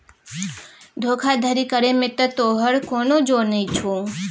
धोखाधड़ी करय मे त तोहर कोनो जोर नहि छौ